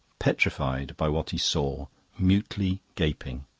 petrified by what he saw, mutely gaping.